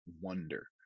wonder